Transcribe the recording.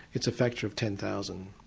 it's a factor of ten thousand.